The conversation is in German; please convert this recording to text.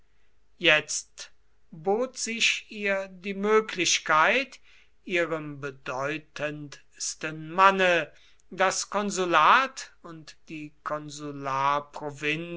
jetzt bot sich ihr die möglichkeit ihrem bedeutendsten manne das konsulat und die